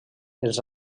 els